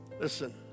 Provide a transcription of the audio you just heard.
listen